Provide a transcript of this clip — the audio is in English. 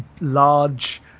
large